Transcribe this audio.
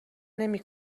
نمی